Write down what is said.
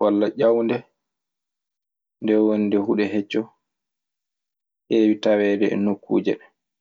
walla ƴawnde, nden woni nde huɗo hecco heewi taweede e nokkuuje ɗee.